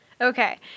Okay